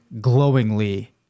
glowingly